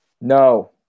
No